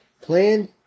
plan